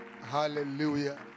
Hallelujah